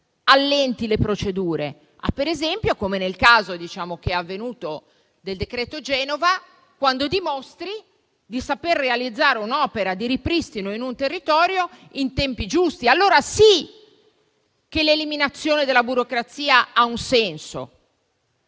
allentare le procedure, per esempio, come è avvenuto nel cosiddetto decreto Genova, quando si dimostra di saper realizzare un'opera di ripristino del territorio nei tempi giusti. Allora sì che l'eliminazione della burocrazia ha un senso.